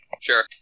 Sure